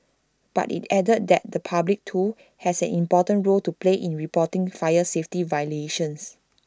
but IT added that the public too has an important role to play in reporting fire safety violations